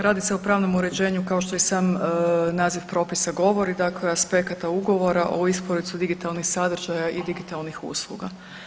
Radi se o pravnom uređenju kao što i sam naziv propisa govori, dakle aspekata ugovora o isporuci digitalnih sadržaja i digitalnih usluga.